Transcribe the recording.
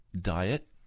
diet